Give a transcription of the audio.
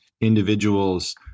individuals